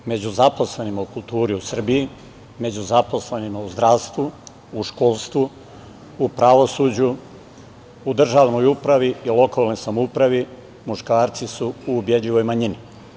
Među zaposlenima u kulturi u Srbiji, među zaposlenima u zdravstvu, u školstvu, u pravosuđu, u državnoj upravi i lokalnoj samoupravi muškarci su u ubedljivoj manjini.